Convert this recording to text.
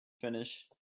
finish